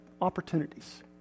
opportunities